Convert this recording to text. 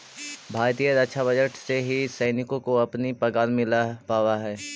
भारतीय रक्षा बजट से ही सैनिकों को अपनी पगार मिल पावा हई